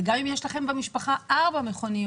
גם אם יש לכם במשפחה ארבע מכוניות,